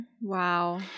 Wow